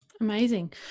Amazing